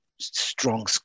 strong